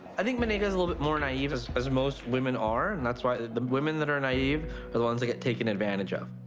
i think maneka's a little bit more naive, as as most women are, and that's why the women that are naive are the ones that get taken advantage of.